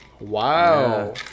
Wow